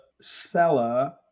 seller